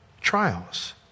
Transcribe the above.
trials